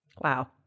Wow